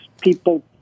people